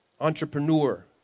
entrepreneur